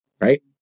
right